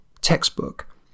textbook